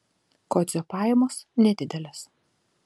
kodzio pajamos nedidelės